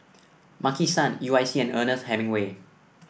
Maki San U I C and Ernest Hemingway